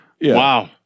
Wow